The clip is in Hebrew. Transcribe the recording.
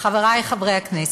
חברי חברי הכנסת,